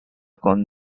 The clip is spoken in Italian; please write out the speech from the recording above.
con